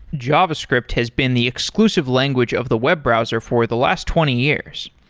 java script has been the exclusive language of the web browser for the last twenty years.